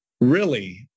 really-